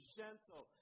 gentle